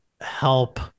help